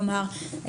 כלומר,